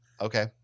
Okay